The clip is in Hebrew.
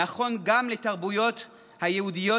נכון גם לכל התרבויות היהודיות